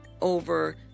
over